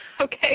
Okay